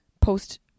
Post